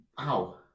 Ow